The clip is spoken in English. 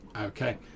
Okay